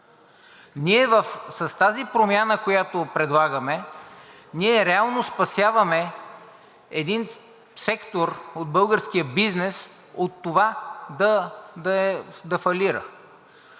С тази промяна, която предлагаме, ние реално спасяваме един сектор от българския бизнес от това да фалира.